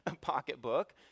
pocketbook